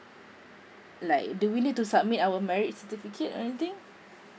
like do we need to submit our marriage certificate or anything